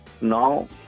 Now